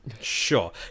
Sure